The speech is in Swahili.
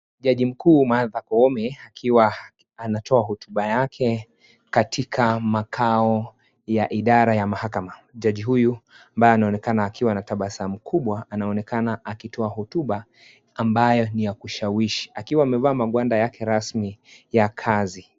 Jaji mkuu Martha Koome akiwa anatoa hotuba yake katika makao ya idara ya mahakama. Jaji huyu ambaye anaonekana akiwa na tabasamu kubwa, anaonekana akitoa hotuba ambayo ni ya kushawishi, akiwa amevaa makanda yake rasmi ya kazi.